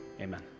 Amen